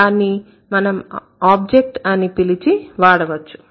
దాన్ని మనం ఆబ్జెక్ట్ అని పిలిచి వాడవచ్చు